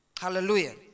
Hallelujah